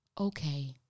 okay